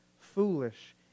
foolish